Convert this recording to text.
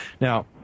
Now